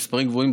מספרים גבוהים,